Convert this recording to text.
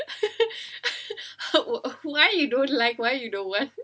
why you don't like why you don't want